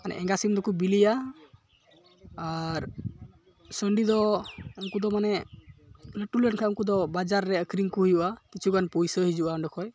ᱢᱟᱱᱮ ᱮᱸᱜᱟ ᱥᱤᱢ ᱫᱚᱠᱚ ᱵᱤᱞᱤᱭᱟ ᱟᱨ ᱥᱟᱺᱰᱤᱫᱚ ᱩᱱᱠᱩ ᱫᱚ ᱢᱟᱱᱮ ᱞᱟᱹᱴᱩᱞᱮᱱ ᱠᱷᱟᱡ ᱩᱱᱠᱩ ᱫᱚ ᱢᱟᱱᱮ ᱵᱟᱡᱟᱨ ᱨᱮ ᱟᱹᱠᱷᱨᱤᱧ ᱠᱚ ᱦᱩᱭᱩᱜᱼᱟ ᱠᱤᱪᱷᱩᱜᱟᱱ ᱯᱩᱭᱥᱟᱹ ᱦᱤᱡᱩᱜᱼᱟ ᱚᱸᱰᱮ ᱠᱷᱚᱡ